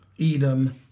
Edom